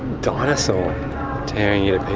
dinosaur tearing you